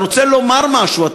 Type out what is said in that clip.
אתה רוצה לומר משהו,